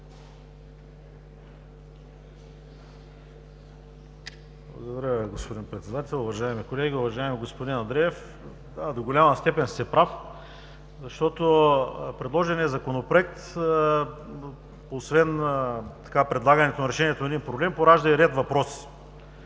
Благодаря Ви, господин Председател. Уважаеми колеги! Уважаеми господин Андреев, до голяма степен сте прав, защото предложеният Законопроект, освен предлагането на решение на един проблем, поражда и ред въпроси.